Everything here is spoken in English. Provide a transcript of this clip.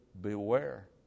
beware